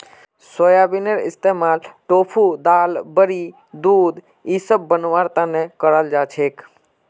सोयाबीनेर इस्तमाल टोफू दाल बड़ी दूध इसब बनव्वार तने कराल जा छेक